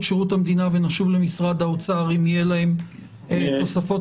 שירות המדינה ונשוב למשרד האוצר אם יהיה להם מה להוסיף.